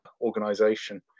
organization